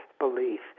belief